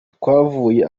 twavuye